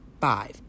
five